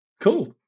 Cool